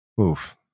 Oof